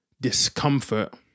Discomfort